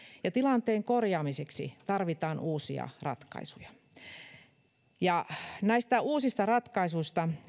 ja tilanteen korjaamiseksi tarvitaan uusia ratkaisuja näistä uusista ratkaisuista